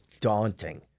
daunting